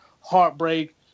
heartbreak